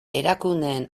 erakundeen